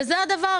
וזה הדבר.